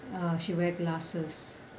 uh she wear glasses